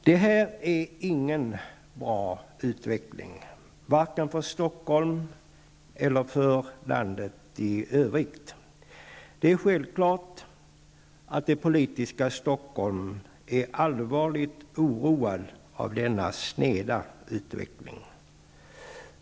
Det här är inte någon bra utveckling, varken för Stockholm eller för landet i övrigt. Det är självklart att Stockholmspolitikerna är allvarligt oroade av denna sneda utveckling.